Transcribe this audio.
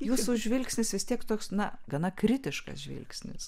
jūsų žvilgsnis vis tiek toks na gana kritiškas žvilgsnis